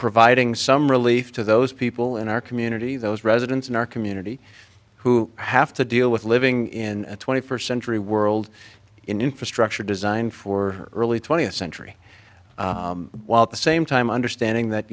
providing some relief to those people in our community those residents in our community who have to deal with living in a twenty first century world infrastructure designed for early twentieth century while at the same time understanding that